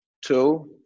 two